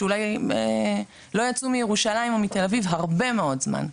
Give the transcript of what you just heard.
אולי לא יצאו מירושלים או מתל אביב הרבה מאד זמן,